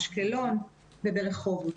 אשקלון ורחובות.